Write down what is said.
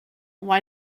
why